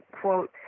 quote